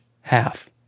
half